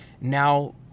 now